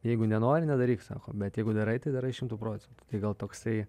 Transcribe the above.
jeigu nenori nedaryk sako bet jeigu darai tai darai šimtu procentų tai gal toksai